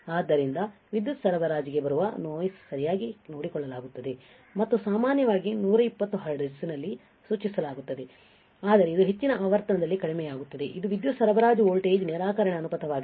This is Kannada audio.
ಆದ್ದರಿಂದ ವಿದ್ಯುತ್ ಸರಬರಾಜಿಗೆ ಬರುವ ನೋಯ್ಸಿ ಸರಿಯಾಗಿ ನೋಡಿಕೊಳ್ಳಲಾಗುತ್ತದೆ ಮತ್ತು ಸಾಮಾನ್ಯವಾಗಿ 120 ಹರ್ಟ್ಜ್ನಲ್ಲಿ ಸೂಚಿಸಲಾಗುತ್ತದೆ ಆದರೆ ಇದು ಹೆಚ್ಚಿನ ಆವರ್ತನದಲ್ಲಿ ಕಡಿಮೆಯಾಗುತ್ತದೆ ಇದು ವಿದ್ಯುತ್ ಸರಬರಾಜು ವೋಲ್ಟೇಜ್ ನಿರಾಕರಣೆ ಅನುಪಾತವಾಗಿದೆ